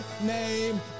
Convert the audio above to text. name